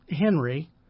Henry